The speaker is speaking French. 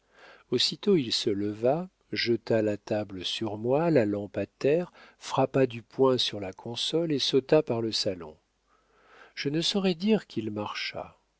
aussitôt il se leva jeta la table sur moi la lampe à terre frappa du poing sur la console et sauta par le salon je ne saurais dire qu'il marcha